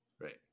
Right